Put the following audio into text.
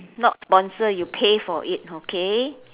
not sponsor you pay for it okay